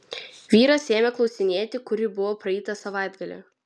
vyras ėmė klausinėti kur ji buvo praeitą savaitgalį